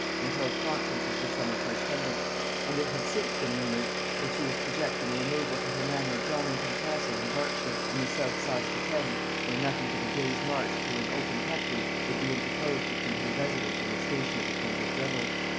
and held conferences with some of her attendants and it had since been rumored that she was projecting a removal to her manor of donnington castle in berkshire, on the south side of the thames, where nothing but a day's march through an open country would be interposed between her residence and the station of the kentish rebels.